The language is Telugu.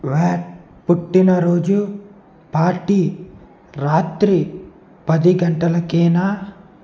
వాట్ పుట్టినరోజు పార్టీ రాత్రి పది గంటలకేనా